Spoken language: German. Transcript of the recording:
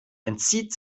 entzieht